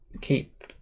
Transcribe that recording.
keep